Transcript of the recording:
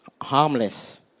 harmless